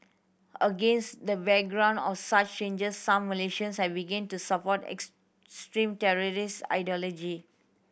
against the backdrop of such changes some Malaysians have begin to support extremist terrorist ideology